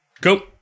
go